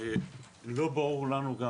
ולא ברור לנו גם,